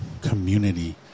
community